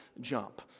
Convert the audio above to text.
jump